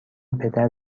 پدر